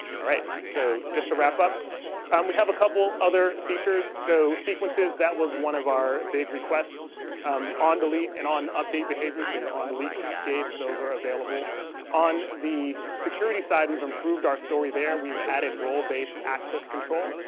all right, so just to wrap up um we have a couple other features so sequences that was one of our big requests um on delete and on update behavior so your on delete cascade those are available on the security side. we've improved our story there we've added role based access control,